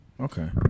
okay